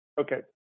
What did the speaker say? Okay